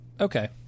Okay